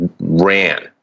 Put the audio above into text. ran